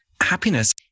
happiness